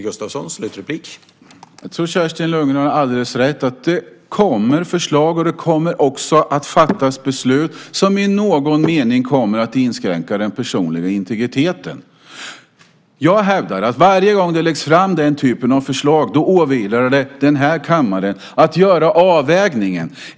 Herr talman! Kerstin Lundgren har nog alldeles rätt i att det kommer förslag och beslut som i någon mening kommer att inskränka den personliga integriteten. Varje gång det läggs fram sådana förslag åvilar det kammaren att göra en avvägning.